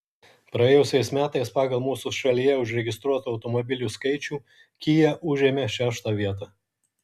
praėjusiais metais pagal mūsų šalyje užregistruotų automobilių skaičių kia užėmė šeštą vietą